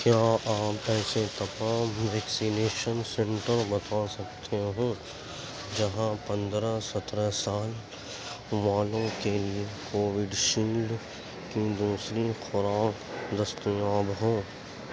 کیا آپ ایسے تمام ویکسینیشن سینٹر بتا سکتے ہو جہاں پندرہ سترہ سال والوں کے لیے کووڈ شیلڈ کی دوسری خوراک دستیاب ہو